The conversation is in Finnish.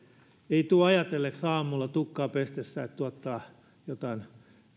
ei tule ajatelleeksi aamulla tukkaa pestessä että tuottaa jotain